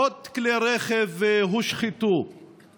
מאות כלי רכב הושחתו,